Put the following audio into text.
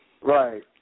Right